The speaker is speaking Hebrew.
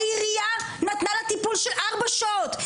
העירייה נתנה לה טיפול של ארבע שעות,